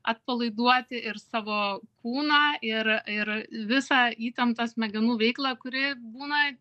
atpalaiduoti ir savo kūną ir ir visą įtemptą smegenų veiklą kuri būna